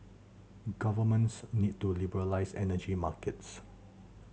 governments need to liberalise energy markets